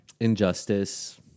Injustice